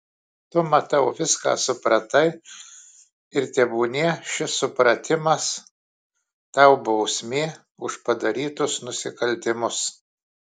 tu matau viską supratai ir tebūnie šis supratimas tau bausmė už padarytus nusikaltimus